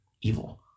evil